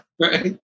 Right